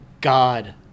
God